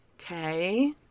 okay